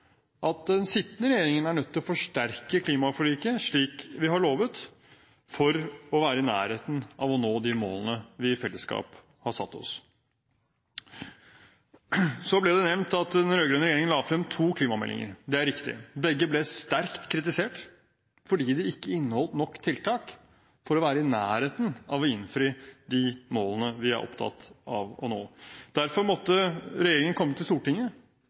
at den sittende regjeringen er nødt til å forsterke klimaforliket, slik vi har lovet, for å være i nærheten av å nå de målene vi i fellesskap har satt oss. Det ble nevnt at den rød-grønne regjeringen la frem to klimameldinger. Det er riktig. Begge ble sterkt kritisert fordi de ikke inneholdt nok tiltak til å være i nærheten av å innfri de målene vi er opptatt av å nå. Derfor måtte regjeringen komme til Stortinget,